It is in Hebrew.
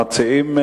המציעים,